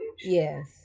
Yes